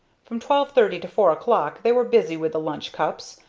from twelve thirty to four o'clock they were busy with the lunch cups,